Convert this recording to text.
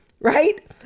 Right